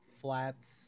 flats